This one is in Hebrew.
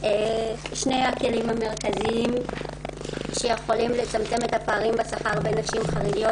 שני הכלים המרכזיים שיכולים לצמצם את הפערים בשכר בין נשים חרדיות